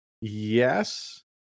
Yes